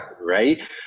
right